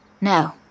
No